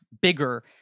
bigger